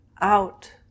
out